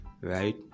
right